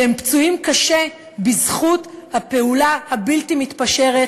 שהם פצועים קשה בזכות הפעולה הבלתי-מתפשרת